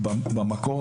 במקור,